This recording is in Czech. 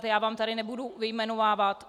Ty vám tady nebudu vyjmenovávat.